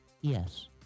Yes